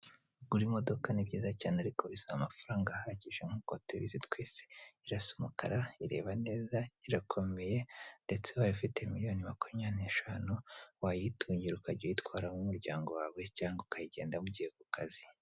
Kugura imodoka ni byiza cyane ariko biza amafaranga ahagije nk'uko tubizi twese. Irasa umukara, ireba neza, irakomeye ndetse ubaye ufite miriyoni makumyabiri n'eshanu, wayitungira ukajya uyitwaramo umuryango wawe cyangwa ukayigendamo ugiye ku kazi.